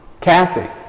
Kathy